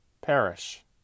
perish